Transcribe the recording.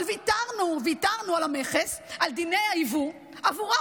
אבל ויתרנו על המכס, על דיני היבוא בעבורם.